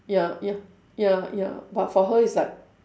ya ya ya ya but for her is like